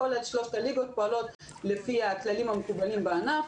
כך ששלוש הליגות הראשונות פועלות לפי הכללים המקובלים בענף,